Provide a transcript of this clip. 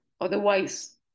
otherwise